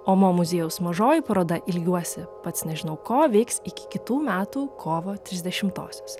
o mo muziejaus mažoji paroda ilgiuosi pats nežinau ko veiks iki kitų metų kovo trisdešimtosios